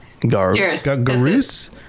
Garus